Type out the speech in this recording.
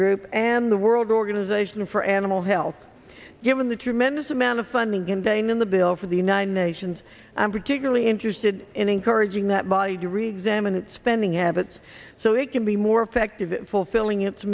group and the world organization for animal health given the tremendous amount of funding contained in the bill for the united nations i'm particularly interested in encouraging that body to reexamine its spending habits so it can be more effective fulfilling it